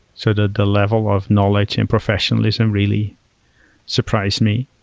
so the the level of knowledge and professionalism really surprised me.